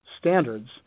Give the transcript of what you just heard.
standards